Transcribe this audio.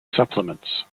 supplements